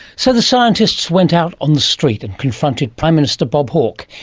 so the scientists went out on the street and confronted prime minister bob hawke,